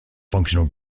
functional